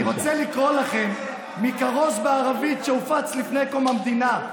אני רוצה לקרוא לכם מכרוז בערבית שהופץ לפני קום המדינה,